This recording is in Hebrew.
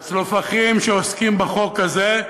הצלופחים שעוסקים בחוק הזה.